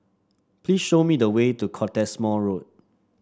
please show me the way to Cottesmore Road